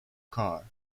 car